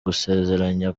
gusezeranya